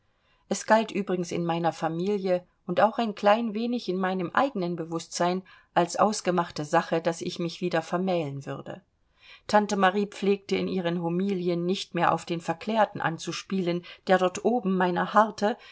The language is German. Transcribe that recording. es galt übrigens in meiner familie und auch ein klein wenig in meinem eigenen bewußtsein als ausgemachte sache daß ich mich wieder vermählen würde tante marie pflegte in ihren homilien nicht mehr auf den verklärten anzuspielen der dort oben meiner harrte